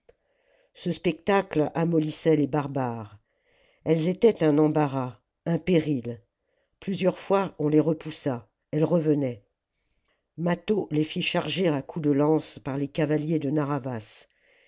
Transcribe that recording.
ce spectacle amollissait les barbares elles étaient un embarras un péril plusieurs fois on les repoussa elles revenaient mâtho les fit charger à coups de lance par les cavaliers de narr'havas